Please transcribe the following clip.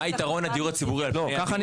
מה היתרון הדיור הציבור, על פני הרגיל?